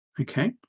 Okay